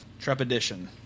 trepidation